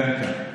כן, כן.